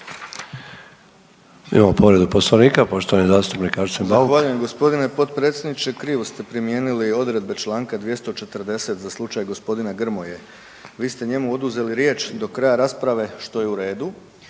Imamo povredu Poslovnika poštovani zastupnik Arsen Bauk.